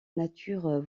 nature